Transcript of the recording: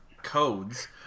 codes